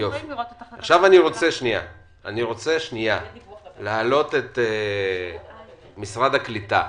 אני רוצה להעלות את משרד הקליטה,